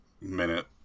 minute